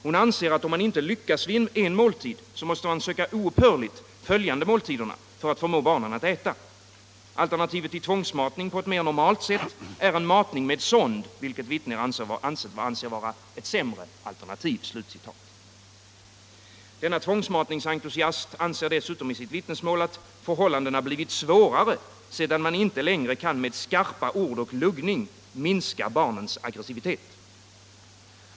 Hon anser att om man inte lyckas vid en måltid måste man söka oupphörligt följande måltiderna för att förmå barnen att äta. Alternativet till tvångsmatning på ett mer normalt sätt är en matning med sond vilket vittnet anser vara ett sämre alternativ.” Denna tvångsmatningsentusiast anser dessutom i sitt vittnesmål att förhållandena blivit svårare sedan man inte längre kan med skarpa ord och luggning minska barnens aggressivitet.